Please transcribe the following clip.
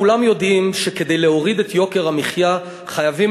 כולם יודעים שכדי להוריד את יוקר המחיה חייבים